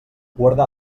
guardar